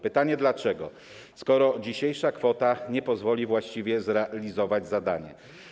Pytanie dlaczego, skoro dzisiejsza kwota nie pozwoli właściwie zrealizować zadania.